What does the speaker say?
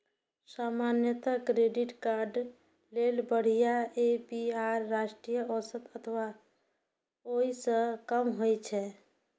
सामान्यतः credit card लेल बढ़िया ए.पी.आर राष्ट्रीय औसत अथवा ओइ सं कम होइ छै